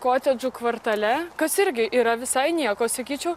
kotedžų kvartale kas irgi yra visai nieko sakyčiau